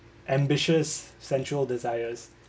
ambitious central desires